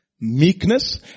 meekness